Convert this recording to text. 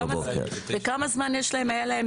וכמה זמן היה להם?